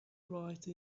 write